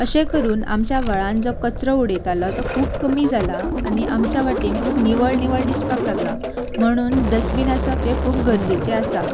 अशें करून आमच्या व्हाळान जो कचरो उडयतालो तो खूब कमी जाला आनी आमच्या वाटेन खूब निवळ निवळ दिसपाक लागला म्हणून डस्टबीन आसप हे खूब गरजेचे आसा